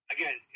Again